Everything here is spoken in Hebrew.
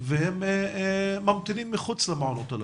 והם ממתינים מחוץ למעונות הללו.